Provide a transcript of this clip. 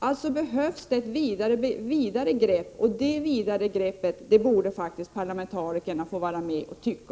Alltså behövs det ett vidare grepp, och där borde parlamentarikerna få vara med och tycka.